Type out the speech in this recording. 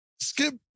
Skip